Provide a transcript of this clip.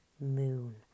moon